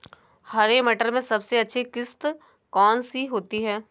हरे मटर में सबसे अच्छी किश्त कौन सी होती है?